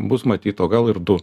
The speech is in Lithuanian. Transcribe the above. bus matyt o gal ir du